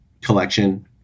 collection